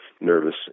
nervous